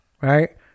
Right